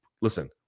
Listen